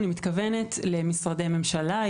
אני מתכוונת למשרדי ממשלה,